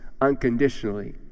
unconditionally